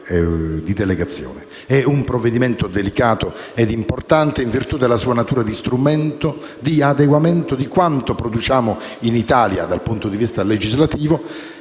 di un provvedimento delicato ed importante, in virtù della sua natura di strumento di adeguamento di quanto produciamo in Italia dal punto di vista legislativo